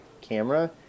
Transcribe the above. camera